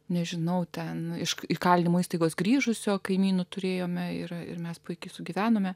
nežinau ten iš įkalinimo įstaigos grįžusio kaimynų turėjome yra ir mes puikiai sugyvenome